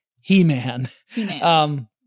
He-Man